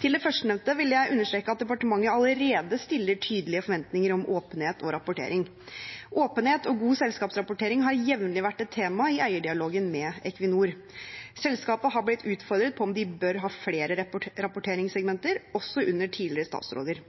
Til det førstnevnte vil jeg understreke at departementet allerede stiller tydelige forventninger om åpenhet og rapportering. Åpenhet og god selskapsrapportering har jevnlig vært et tema i eierdialogen med Equinor. Selskapet har blitt utfordret på om de bør ha flere rapporteringssegmenter, også under tidligere statsråder,